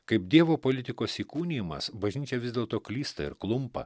kaip dievo politikos įkūnijimas bažnyčia vis dėlto klysta ir klumpa